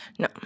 No